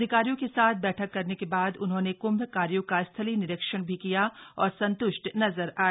अधिकारियों के साथ बैठक करने के बाद उन्होंने कुंभ कार्यो का स्थलीय निरीक्षण भी किया और संत्रृष्ट नजर आए